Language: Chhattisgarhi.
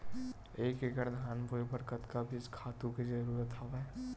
एक एकड़ धान बोय बर कतका बीज खातु के जरूरत हवय?